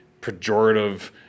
pejorative